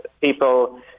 people